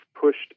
pushed